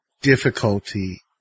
difficulty